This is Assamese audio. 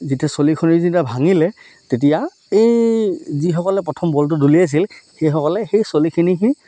যেতিয়া চলিখিনি যেতিয়া ভাঙিলে তেতিয়া এই যিসকলে প্ৰথম বলটো দলিয়াইছিল সেইসকলে সেই চলি খৰিখিনি